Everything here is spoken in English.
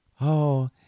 Oh